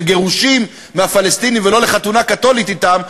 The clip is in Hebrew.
לגירושין מהפלסטינים ולא לחתונה קתולית אתם,